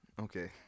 Okay